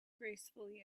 gracefully